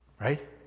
Right